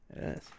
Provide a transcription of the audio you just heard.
Yes